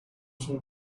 some